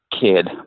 kid